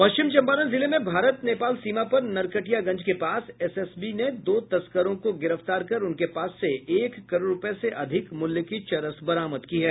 पश्चिम चंपारण जिले में भारत नेपाल सीमा पर नरकटियागंज के पास एसएसबी ने दो तस्करों को गिरफ्तार कर उनके पास से एक करोड़ रूपये से अधिक मूल्य की चरस बरामद की है